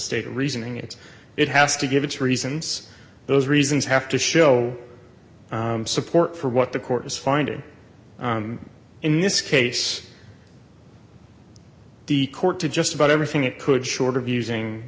the reasoning it's it has to give its reasons those reasons have to show support for what the court is finding in this case the court to just about everything it could short of using